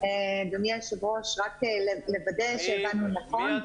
אדוני היושב-ראש, רק לוודא שהבנו נכון.